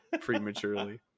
prematurely